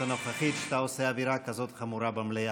הנוכחית שאתה עושה אווירה כזאת חמורה במליאה.